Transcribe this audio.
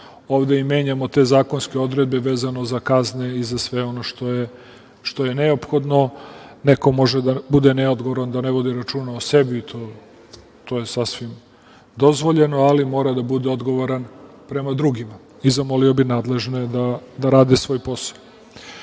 ovde i menjamo te zakonske odredbe vezano za kazne i za sve ono što je neophodno. Neko može da bude neodgovoran, da ne vodi računa o sebi, to je sasvim dozvoljeno, ali mora da bude odgovoran prema drugima. Zamolio bih nadležne da rade svoj posao. Što